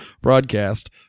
broadcast